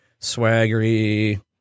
swaggery